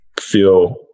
feel